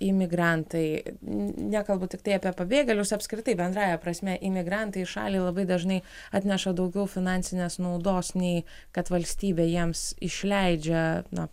imigrantai nekalbu tiktai apie pabėgėlius apskritai bendrąja prasme imigrantai į šalį labai dažnai atneša daugiau finansinės naudos nei kad valstybė jiems išleidžia na